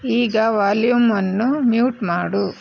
ಈಗ ವಾಲ್ಯೂಮನ್ನು ಮ್ಯೂಟ್ ಮಾಡು